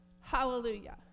Hallelujah